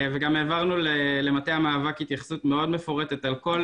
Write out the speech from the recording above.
גם העברנו למטה המאבק התייחסות מאוד מפורטת לכל